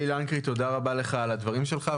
אלי לנקרי, תודה רבה לך על הדברים שלך.